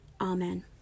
Amen